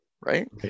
right